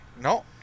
No